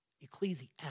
Ecclesiastes